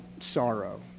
sorrow